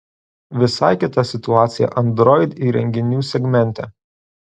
visai kita situacija android įrenginių segmente